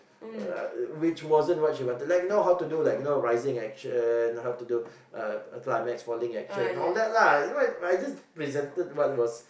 uh I which wasn't what she wanted like you know how to do like you know rising action how to do a a climax falling action all that lah you know I just I just presented what was